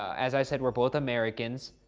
as i said, we're both americans.